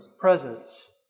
presence